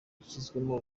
yashyizwemo